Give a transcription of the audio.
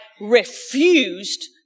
refused